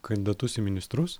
kandidatus į ministrus